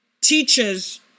teachers